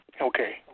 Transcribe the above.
Okay